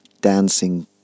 dancing